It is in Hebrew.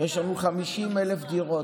ויש לנו 50,000 דירות.